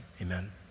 amen